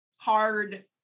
Hard